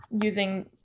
using